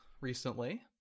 recently